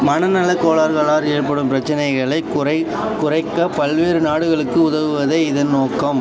மனநல கோளாறுகளால் ஏற்படும் பிரச்சினைகளைக் குறை குறைக்க பல்வேறு நாடுகளுக்கு உதவுவதே இதன் நோக்கம்